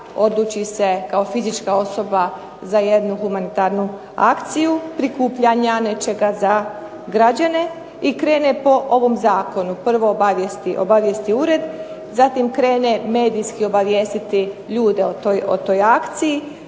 odluči se kao fizička osoba za jednu humanitarnu akciju prikupljanja nečega za građane i krene po ovom Zakonu. Prvo obavijesti ured, zatim krene medijski obavijestiti ljude o toj akciji,